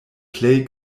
plej